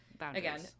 again